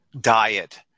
diet